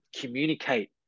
communicate